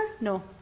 no